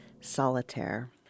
Solitaire